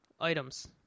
items